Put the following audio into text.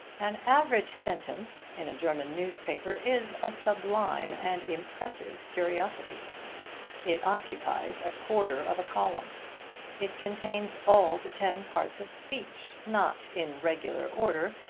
an average sentence, in a german newspaper, is a sublime and impressive curiosity it occupies a quarter of a column it contains all the ten parts of speech not in regular order,